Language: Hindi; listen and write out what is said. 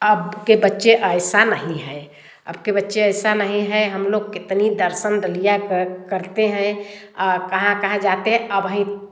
अब के बच्चे ऐसा नहीं हैं अब के बच्चे ऐसा नहीं हैं हम लोग कितनी दर्शन दलिया कर करते हएँ आ कहाँ कहाँ जाते अब हीं